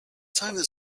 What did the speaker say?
time